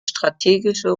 strategische